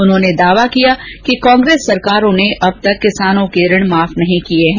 उन्होंने दावा किया कि कांग्रेस सरकारों ने अब तक किसानों के ऋण माफ नहीं किये हैं